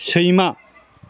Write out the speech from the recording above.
सैमा